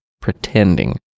pretending